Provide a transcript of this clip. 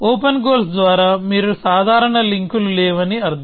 open goals ద్వారా మీరు సాధారణ లింక్ లు లేవని అర్థం